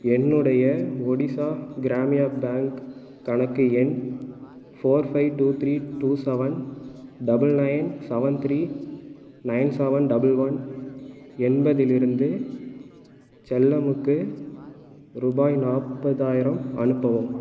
என்னுடைய ஒடிஷா கிராமிய பேங்க் கணக்கு எண் four five two three two seven double nine seven three nine seven double one என்பதிலிருந்து செல்லமுக்கு ரூபாய் நாற்பதாயிரம் அனுப்பவும்